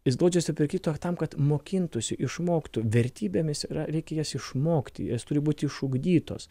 jis glaudžiasi prie kito tam kad mokintųsi išmoktų vertybėmis yra reikia jas išmokti jos turi būti išugdytos